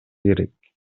керек